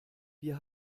wir